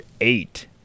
eight